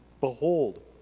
behold